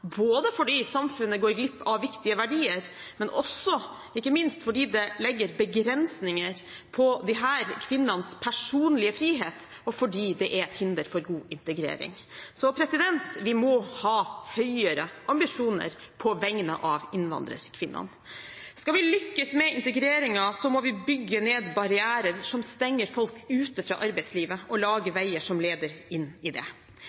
både fordi samfunnet går glipp av viktige verdier, og ikke minst også fordi det legger begrensninger på disse kvinnenes personlige frihet, og fordi det er et hinder for god integrering. Så vi må ha høyere ambisjoner på vegne av innvandrerkvinnene. Skal vi lykkes med integreringen, må vi bygge ned barrierer som stenger folk ute fra arbeidslivet, og lage veier som leder inn i det.